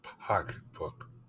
pocketbook